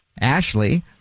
Ashley